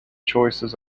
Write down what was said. choices